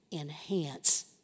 enhance